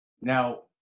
Now